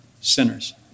sinners